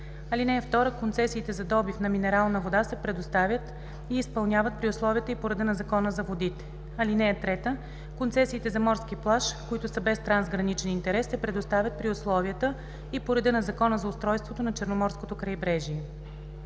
(2) Концесиите за добив на минерална вода се предоставят и изпълняват при условията и по реда на Закона за водите. (3) Концесиите за морски плаж, които са без трансграничен интерес, се предоставят при условията и по реда на Закона за устройството на Черноморското крайбрежие.“